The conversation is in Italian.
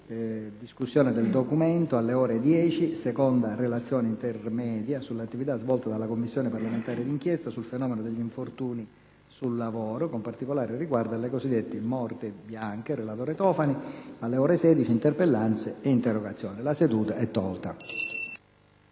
La seduta è tolta